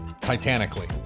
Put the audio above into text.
titanically